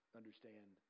understand